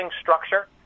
structure